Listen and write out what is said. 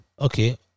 Okay